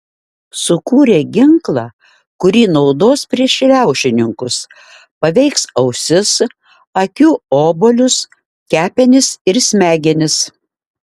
sukūrė ginklą kurį naudos prieš riaušininkus paveiks ausis akių obuolius kepenis ir smegenis